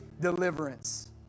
deliverance